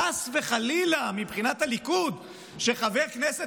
חס וחלילה מבחינת הליכוד שחבר כנסת